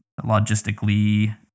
logistically